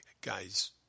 guys